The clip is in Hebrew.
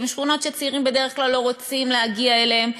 שכונות שצעירים בדרך כלל לא רוצים להגיע אליהן,